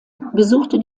besuchte